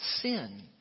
sin